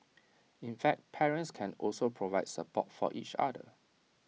in fact parents can also provide support for each other